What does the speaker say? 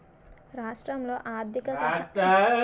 రాష్ట్రంలో ఆర్థిక సహాయ పథకాలు ఏ సంవత్సరంలో అమల్లోకి వచ్చాయి?